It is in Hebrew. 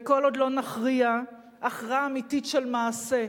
וכל עוד לא נכריע הכרעה אמיתית של מעשה,